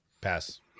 pass